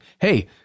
hey